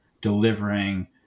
delivering